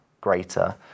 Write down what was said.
greater